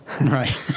Right